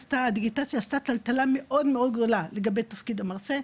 הדיגיטציה עשתה טלטלה מאוד מאוד גדולה לגבי תפקיד המרצה,